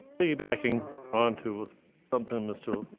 piggybacking onto something mr.